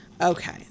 Okay